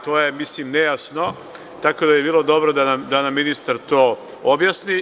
To je nejasno, tako da bi bilo dobro da nam ministar to objasni.